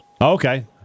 Okay